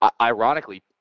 ironically